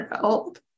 help